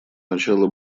начало